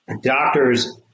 doctors